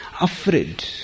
afraid